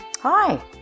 Hi